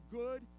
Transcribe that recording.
good